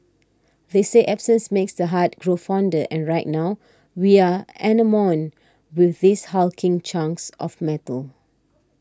they say absence makes the heart grow fonder and right now we are enamoured with these hulking chunks of metal